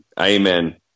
Amen